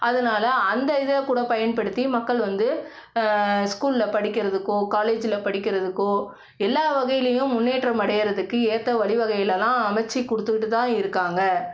அதனால அந்த இதைக்கூட பயன்படுத்தி மக்கள் வந்து ஸ்கூலில் படிக்கிறதுக்கோ காலேஜில் படிக்கிறதுக்கோ எல்லா வகையிலையும் முன்னேற்றம் அடையறதுக்கு ஏற்ற வழிவகைகளெல்லாம் அமச்சு கொடுத்துக்கிட்டுதான் இருக்காங்க